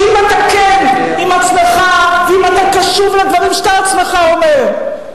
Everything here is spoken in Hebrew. שאם אתה כן עם עצמך ואם אתה קשוב לדברים שאתה עצמך אומר,